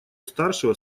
старшего